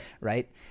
right